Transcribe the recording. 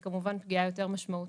זו כמובן פגיעה יותר משמעותית,